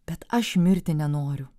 bet aš mirti nenoriu